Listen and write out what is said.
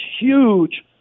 huge